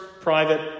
private